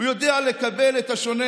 הוא יודע לקבל את השונה,